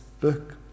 book